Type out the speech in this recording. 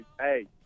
hey